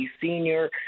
senior